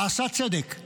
נעשה צדק,